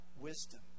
Wisdom